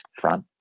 front